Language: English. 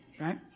right